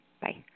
bye